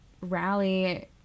rally